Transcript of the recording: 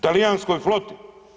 Talijanskoj floti.